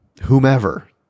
whomever